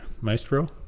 maestro